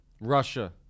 Russia